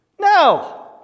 No